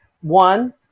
One